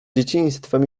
dzieciństwem